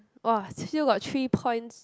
!wah! still got three points